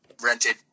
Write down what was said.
rented